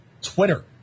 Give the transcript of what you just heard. Twitter